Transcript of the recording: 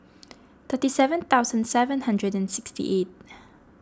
thirty seven thousand seven hundred and sixty eight